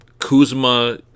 kuzma